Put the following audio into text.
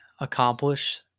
accomplish